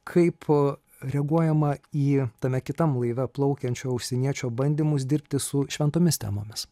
kaip reaguojama į tame kitam laive plaukiančio užsieniečio bandymus dirbti su šventomis temomis